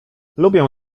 lubię